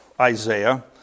Isaiah